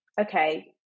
okay